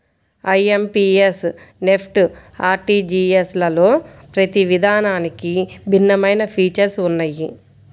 IMPS, NEFT, ఆర్టీజీయస్లలో ప్రతి విధానానికి భిన్నమైన ఫీచర్స్ ఉన్నయ్యి